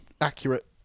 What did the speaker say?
accurate